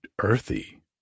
earthy